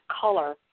color